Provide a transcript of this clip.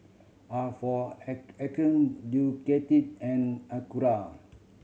a for Arcade Ducati and Acura